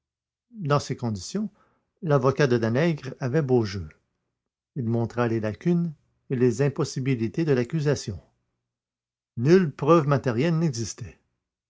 dans ces conditions l'avocat de danègre avait beau jeu il montra les lacunes et les impossibilités de l'accusation nulle preuve matérielle n'existait